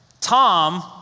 Tom